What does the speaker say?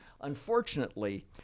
Unfortunately